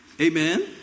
Amen